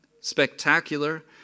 spectacular